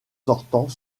sortant